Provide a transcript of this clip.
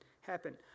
happen